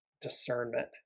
discernment